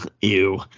Ew